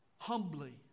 Humbly